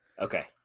Okay